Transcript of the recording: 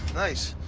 nice.